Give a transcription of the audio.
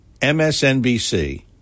MSNBC